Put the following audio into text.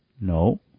No